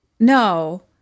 No